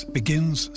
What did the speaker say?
begins